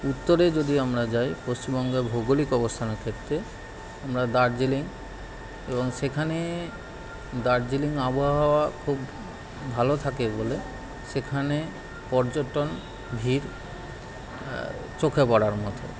উত্তরে যদি আমরা যাই পশ্চিমবঙ্গের ভৌগোলিক অবস্থানের ক্ষেত্রে আমরা দার্জিলিং এবং সেখানে দার্জিলিংয়ে আবহাওয়া খুব ভালো থাকে বলে সেখানে পর্যটন ভিড় চোখে পড়ার মতো